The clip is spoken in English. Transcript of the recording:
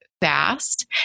fast